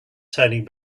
turning